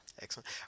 Excellent